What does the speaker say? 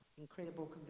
incredible